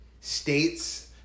states